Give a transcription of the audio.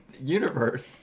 Universe